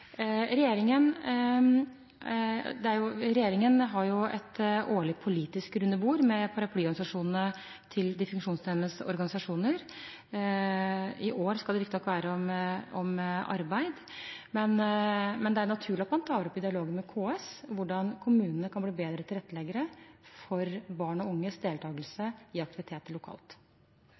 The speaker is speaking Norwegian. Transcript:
det hele tatt. Regjeringen har en årlig politisk rundebordskonferanse med paraplyorganisasjonene til de funksjonshemmedes organisasjoner. I år skal den riktignok være om arbeid, men det er jo naturlig at man tar opp i dialogen med KS hvordan kommunene kan bli bedre tilretteleggere for barn og unges deltakelse i aktiviteter lokalt.